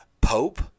Pope